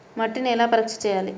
మట్టిని ఎలా పరీక్ష చేయాలి?